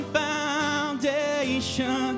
foundation